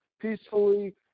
peacefully